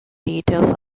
details